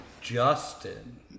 Justin